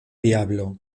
diablo